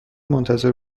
منتظر